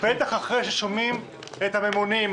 בטח אחרי ששומעים את הממונים,